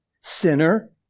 sinner